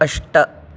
अष्ट